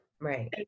right